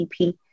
EP